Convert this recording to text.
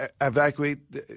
evacuate